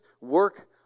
work